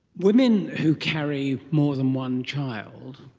women who carry more than one child,